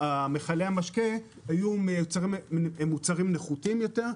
מכלי המשקה היו מוצרים נחותים יותר.